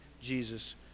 Jesus